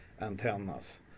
antennas